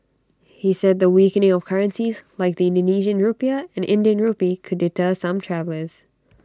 he said the weakening of currencies like the Indonesian Rupiah and Indian Rupee could deter some travellers